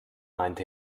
meint